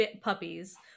puppies